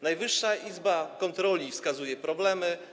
Najwyższa Izba Kontroli wskazuje problemy.